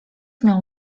miał